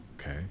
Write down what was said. Okay